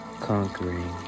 conquering